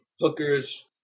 hookers